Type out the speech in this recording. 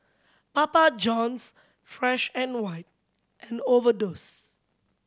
Papa Johns Fresh and White and Overdose